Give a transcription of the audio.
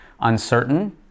uncertain